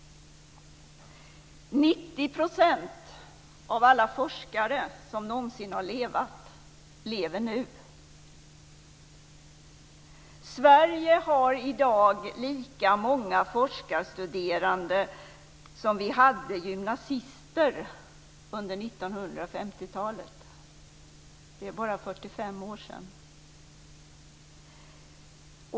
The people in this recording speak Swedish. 90 % av alla forskare som någonsin har levt lever nu. Sverige har i dag lika många forskarstuderande som vi hade gymnasister under 1950-talet. Det är bara 45 år sedan.